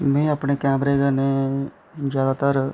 में अपने कैमरे कन्नै जैदातर